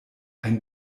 ein